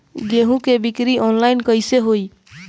गेहूं के बिक्री आनलाइन कइसे होई?